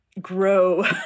grow